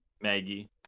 Maggie